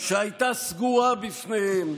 שהייתה סגורה בפניהם.